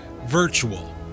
virtual